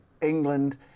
England